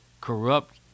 corrupt